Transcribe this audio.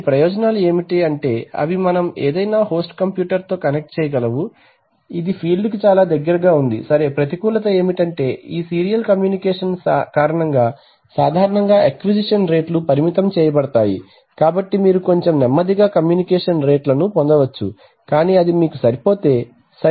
ప్రయోజనాలు ఏమిటంటే అవి మనం ఏదైనా హోస్ట్ కంప్యూటర్తో కనెక్ట్ చేయగలవు ఇది ఫీల్డ్కు చాలా దగ్గరగా ఉంది సరే ప్రతికూలత ఏమిటంటే ఈ సీరియల్ కమ్యూనికేషన్ కారణంగా సాధారణంగా అక్విజిషన్ రేట్లు పరిమితం చేయబడతాయి కాబట్టి మీరు కొంచెం నెమ్మదిగా కమ్యూనికేషన్ రేట్లను పొందవచ్చు కానీ అది మీకు సరిపోతే సరే